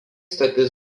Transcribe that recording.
stotis